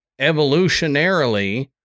evolutionarily